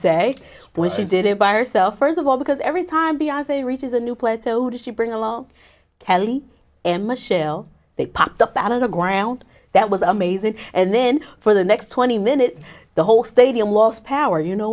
say when she did it by herself first of all because every time beyonce reaches a new place so does she bring along kelly and michelle they popped up out of the ground that was amazing and then for the next twenty minutes the whole stadium lost power you know